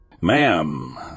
Ma'am